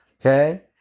Okay